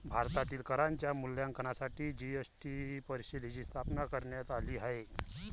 भारतातील करांच्या मूल्यांकनासाठी जी.एस.टी परिषदेची स्थापना करण्यात आली आहे